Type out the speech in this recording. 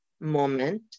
moment